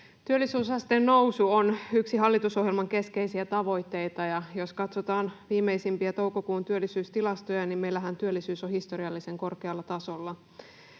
Työllisyysasteen nousu on yksi hallitusohjelman keskeisiä tavoitteita, ja jos katsotaan viimeisimpiä toukokuun työllisyystilastoja, niin meillähän työllisyys on historiallisen korkealla tasolla.